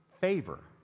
favor